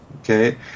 Okay